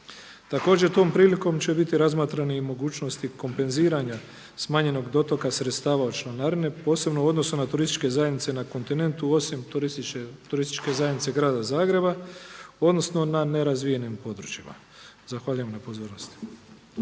Također, tom prilikom će biti razmatrani i mogućnosti kompenziranja smanjenog dotoka sredstava od članarine, posebno u odnosu na turističke zajednice na kontinentu osim Turističke zajednice Grada Zagreba odnosno na nerazvijenim područjima. Zahvaljujem na pozornosti.